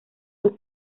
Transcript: sus